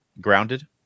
Grounded